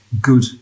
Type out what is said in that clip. good